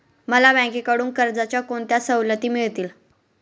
मला बँकेकडून कर्जाच्या कोणत्या सवलती मिळतील?